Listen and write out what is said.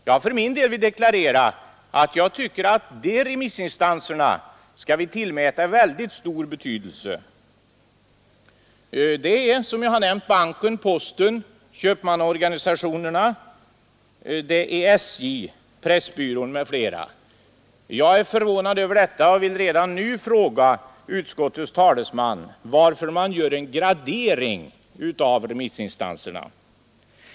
Jag för min del tycker att de remissinstanserna skall vi tillmäta väldigt stor betydelse. Det är, som jag har nämnt, bankerna och posten, det är köpmannaorganisationerna, det är SJ, Pressbyrån m.fl. Jag är förvånad över detta ställningstagande och vill redan nu fråga utskottets talesman, varför man gör en gradering av remissinstanserna.